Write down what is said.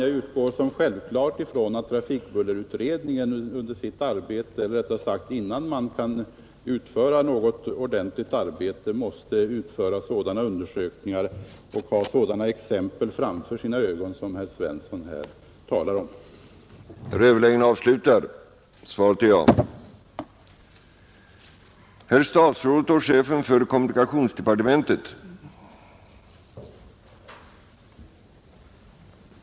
Jag utgår som självklart från att trafikbullerutredningen innan den kan utföra något ordentligt arbete måste göra sådana undersökningar och ha sådana exempel framför ögonen som herr Svensson i Malmö talar om.